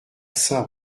saint